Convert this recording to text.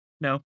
No